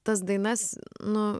tas dainas nu